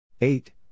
eight